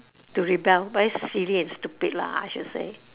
to rebel but it's silly and stupid lah I should say